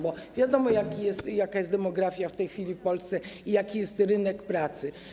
Bo wiadomo, jaka jest demografia w tej chwili w Polsce i jaki jest rynek pracy.